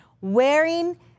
Wearing